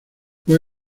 fue